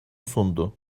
sundu